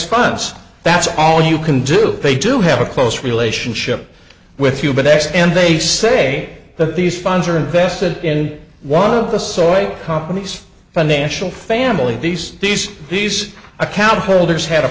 funds that's all you can do they do have a close relationship with you best and they say that these funds are invested in one of the soy companies financial family these these these account holders had a